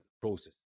process